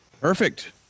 perfect